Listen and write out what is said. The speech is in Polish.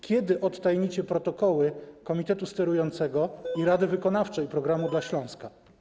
Kiedy odtajnicie protokoły Komitetu Sterującego i Rady Wykonawczej „Programu dla Śląska”